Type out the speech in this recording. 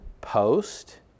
post